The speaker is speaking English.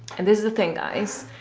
and this is the thing guys,